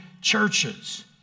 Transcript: churches